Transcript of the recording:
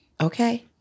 okay